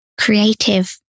Creative